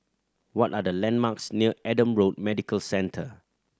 what are the landmarks near Adam Road Medical Centre